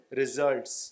results